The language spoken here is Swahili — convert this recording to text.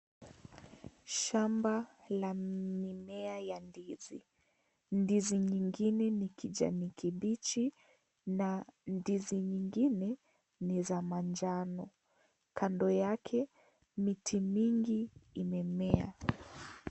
Shamba la mimea la ndizi ,ndizi nyingine NI kijani kibichi na ndizi nyingine NI za manjano ,Kando yake miti mingi imemea.